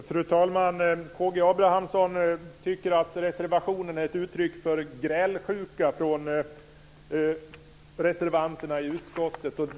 Fru talman! K G Abramsson tycker att reservationen är ett uttryck för grälsjuka från reservanterna i utskottet.